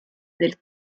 del